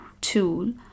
tool